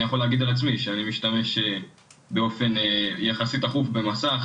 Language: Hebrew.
אני יכול להגיד על עצמי שאני משתמש באופן יחסית תכוף במסך,